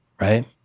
right